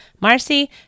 Marcy